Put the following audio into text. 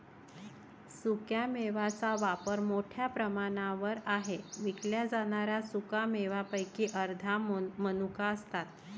सुक्या मेव्यांचा वापर मोठ्या प्रमाणावर आहे विकल्या जाणाऱ्या सुका मेव्यांपैकी अर्ध्या मनुका असतात